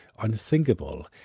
unthinkable